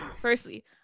firstly